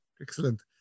Excellent